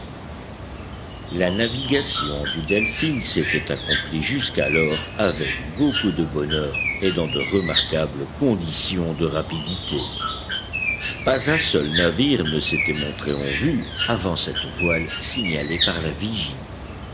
la navigation du delphin s'était accomplie jusqu'alors avec beaucoup de bonheur et dans de remarquables conditions de rapidité pas un seul navire ne s'était montré en vue avant cette voile signalée par la vigie